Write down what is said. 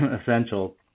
essential